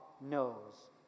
knows